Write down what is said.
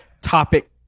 topic